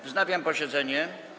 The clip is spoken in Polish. Wznawiam posiedzenie.